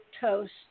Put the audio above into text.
toast